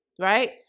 right